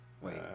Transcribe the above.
Wait